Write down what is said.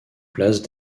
place